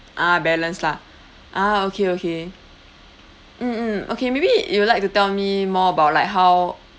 ah balanced lah ah okay okay mm mm okay maybe you would like to tell me more about like how